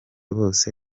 bose